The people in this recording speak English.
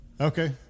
Okay